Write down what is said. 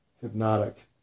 hypnotic